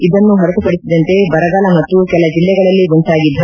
ಇದನ್ನು ಹೊರತುಪಡಿಸಿದಂತೆ ಬರಗಾಲ ಮತ್ತು ಕೆಲ ಜಿಲ್ಲೆಗಳಲ್ಲಿ ಉಂಟಾಗಿದ್ದ